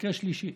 מקרה שלישי,